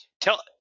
Tell